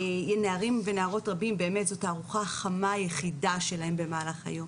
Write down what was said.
לנערים ונערות רבים זו באמת הארוחה החמה היחידה במהלך היום.